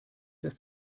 dass